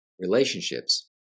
relationships